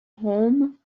home